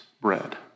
bread